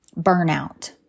burnout